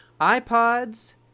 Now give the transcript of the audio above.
iPods